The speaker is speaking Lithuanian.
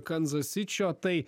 kanzas sičio tai